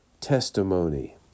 testimony